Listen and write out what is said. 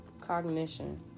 cognition